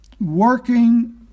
working